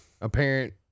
apparent